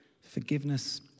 Forgiveness